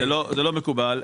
זה לא מקובל.